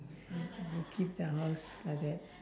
and keep the house like that